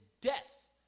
death